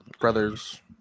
brothers